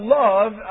love